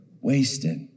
wasted